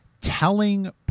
telling